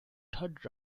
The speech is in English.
third